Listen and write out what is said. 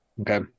Okay